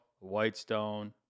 whitestone